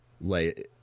lay